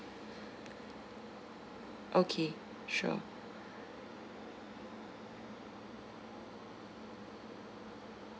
okay sure